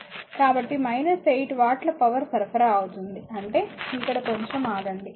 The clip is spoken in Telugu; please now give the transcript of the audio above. కాబట్టి 8 వాట్ల పవర్ సరఫరా అవుతుంది అంటే ఇక్కడ కొంచం ఆగండి